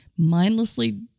mindlessly